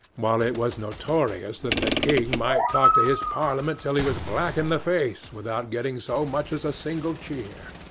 while it was notorious that the king might talk to his parliament till he was black in the face without getting so much as a single cheer.